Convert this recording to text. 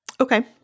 Okay